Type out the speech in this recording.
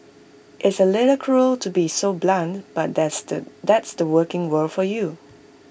it's A little cruel to be so blunt but that's the that's the working world for you